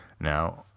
Now